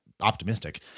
optimistic